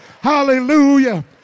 Hallelujah